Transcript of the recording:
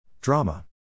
Drama